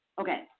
okay